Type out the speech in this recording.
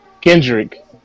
Kendrick